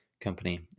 company